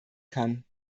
kann